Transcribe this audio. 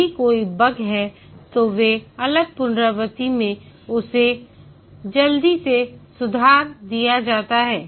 यदि कोई बग हैं तो ये अगले पुनरावृत्ति में उसे जल्दी से सुधार दिया जाता हैं